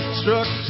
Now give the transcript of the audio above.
struck